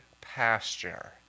pasture